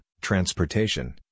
transportation